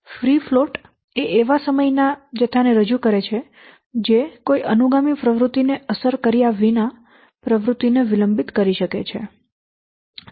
free float એ એવા સમયના જથ્થાને રજૂ કરે છે જે કોઈ અનુગામી પ્રવૃત્તિને અસર કર્યા વિના પ્રવૃત્તિ ને વિલંબિત કરી શકે છે